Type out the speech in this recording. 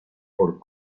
por